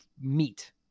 meat